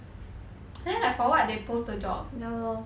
then like for what they posed the job